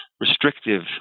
restrictive